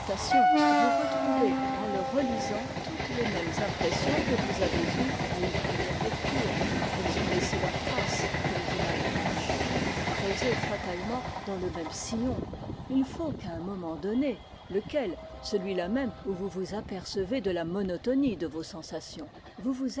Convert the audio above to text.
vous retrouvez en le relisant toutes les mêmes impressions que vous avez eues à une première lecture elles ont laissé leurs traces comme dit malebranche vous creusez fatalement dans le même sillon il faut qu'à un moment donné lequel celui-là même où vous vous apercevez de la monotonie de vos sensations vous vous